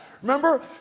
Remember